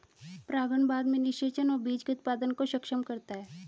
परागण बाद में निषेचन और बीज के उत्पादन को सक्षम करता है